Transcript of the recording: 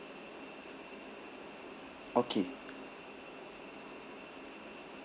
okay